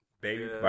Baby